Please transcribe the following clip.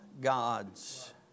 gods